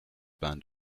band